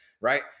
right